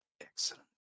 Excellent